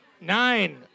nine